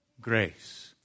grace